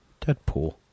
Deadpool